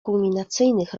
kulminacyjnych